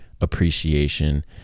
Appreciation